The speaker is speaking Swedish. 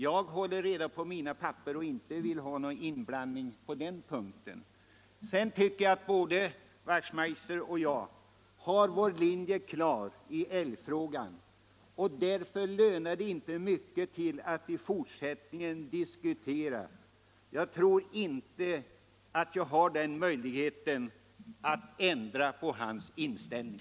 Jag håller reda på mina papper och vill inte ha någon inblandning på den punkten. Både herr Wachtmeister och jag har vår linje klar i älgfrågan, och därför tjänar det inte mycket till att i fortsättningen diskutera den. Jag tror inte jag har möjlighet att ändra hans inställning.